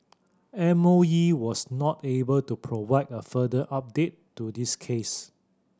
M O E was not able to provide a further update to this case